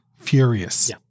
furious